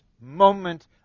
moment